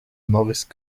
novice